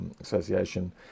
Association